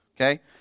Okay